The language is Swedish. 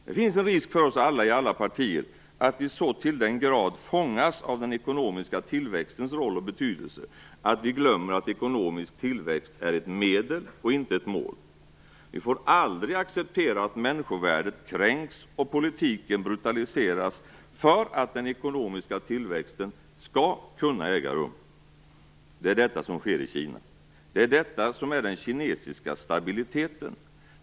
Det finns en risk för oss alla i alla partier att vi så till den grad fångas av den ekonomiska tillväxtens roll och betydelse att vi glömmer att ekonomisk tillväxt är ett medel, inte ett mål. Vi får aldrig acceptera att människovärdet kränks och att politiken brutaliseras för att ekonomisk tillväxt skall kunna äga rum. Det är detta som sker i Kina. Det är detta som är den kinesiska stabiliteten.